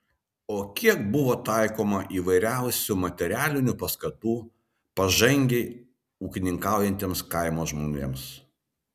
o kiek buvo taikoma įvairiausių materialinių paskatų pažangiai ūkininkaujantiems kaimo žmonėms